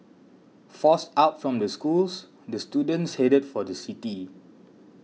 forced out from the schools the students headed for the city